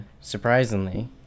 surprisingly